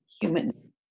human